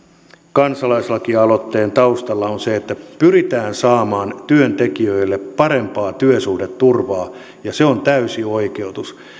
kansalaislakialoitteen taustalla on se että pyritään saamaan työntekijöille parempaa työsuhdeturvaa ja siihen on täysi oikeutus